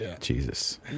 Jesus